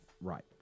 right